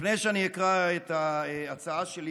לפני שאני אקרא את ההצעה שלי,